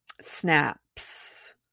snaps